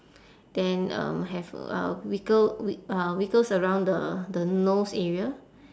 then um have uh wiggle wi~ uh wiggles around the the nose area